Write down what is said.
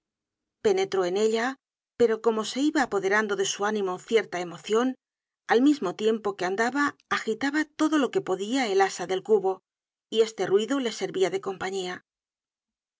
penetró en ella pero como se iba apoderando de su ánimo cierta emocion al mismo tiempo que andaba agitaba todo lo que podia el asa del cubo y este ruido le servia de compañía